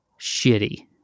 shitty